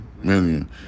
million